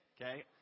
okay